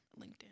LinkedIn